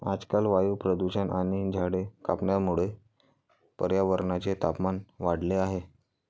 आजकाल वायू प्रदूषण आणि झाडे कापण्यामुळे पर्यावरणाचे तापमान वाढले आहे